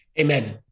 Amen